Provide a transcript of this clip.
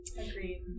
Agreed